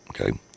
okay